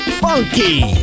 funky